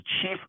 Chief